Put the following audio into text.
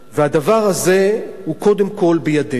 והדבר הזה הוא, קודם כול, בידינו.